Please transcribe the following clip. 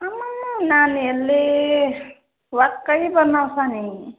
आम्मामा नानीहरूले वाक्कै बनाउँछ नि